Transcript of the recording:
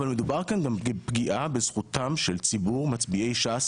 אבל מדובר כאן גם בפגיעה בזכותם של ציבור מצביעי ש"ס